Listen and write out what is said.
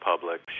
public